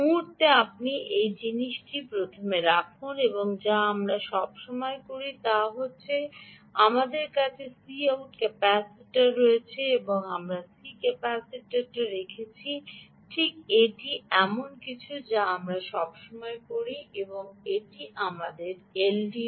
মুহুর্তে আপনি এই প্রথম জিনিসটি রাখুন যা আমরা সবসময় করি তা হচ্ছে আমাদের কাছে Cout ক্যাপাসিটার রয়েছে এবং আমরা C¿ ক্যাপাসিটারটি রেখেছি ঠিক এটি এমন কিছু যা আমরা সবসময় করি এবং এটি আমাদের এলডিও